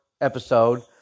episode